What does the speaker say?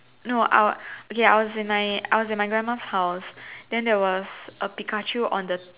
no I'll okay I was in my grandma's house then there was a Pikachu on the